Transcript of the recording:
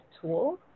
tool